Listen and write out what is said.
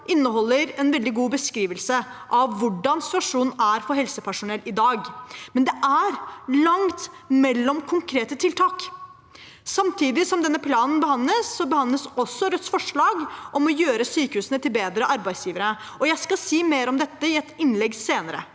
inneholder en veldig god beskrivelse av hvordan situasjonen er for helsepersonell i dag, men det er langt mellom konkrete tiltak. Samtidig som denne planen behandles, behandles også Rødts forslag om å gjøre sykehusene til bedre arbeidsgivere. Jeg skal si mer om dette i et innlegg senere,